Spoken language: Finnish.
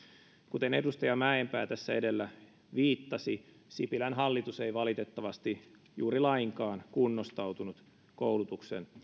kuten edustaja mäenpää tässä edellä viittasi sipilän hallitus ei valitettavasti juuri lainkaan kunnostautunut koulutuksen